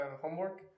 homework